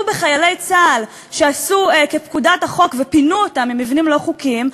על חיילי צה"ל שעשו כפקודת החוק ופינו אותם ממבנים לא חוקיים,